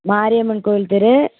மாரியம்மன் கோயில் தெரு